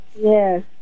Yes